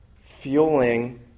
fueling